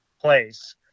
place